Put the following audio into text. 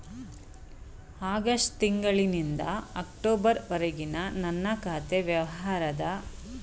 August ತಿಂಗಳು ನಿಂದ October ವರೆಗಿನ ನನ್ನ ಖಾತೆ ವ್ಯವಹಾರದ ಸ್ಟೇಟ್ಮೆಂಟನ್ನು ನಾನು ಪಡೆಯಬಹುದೇ?